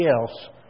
else